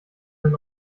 nen